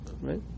Right